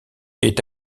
est